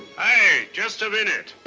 ah just a minute.